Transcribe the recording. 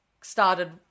started